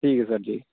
ठीक ऐ सर जी